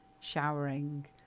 showering